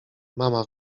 mama